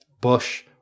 Bush